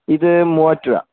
ഇത് മൂവാറ്റുപുഴ